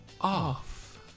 off